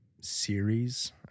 series